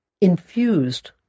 infused